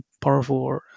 powerful